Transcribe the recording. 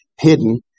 hidden